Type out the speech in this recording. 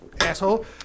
asshole